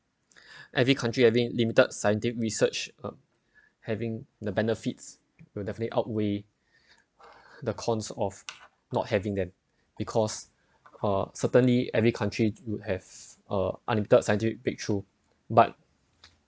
every country having limited scientific research or having the benefits will definitely outweigh the cons of not having them because uh certainly every country would have uh unlimited scientific breakthrough but